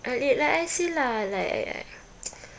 I li~ like I say lah like I